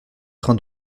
train